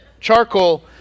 charcoal